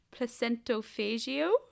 placentophagio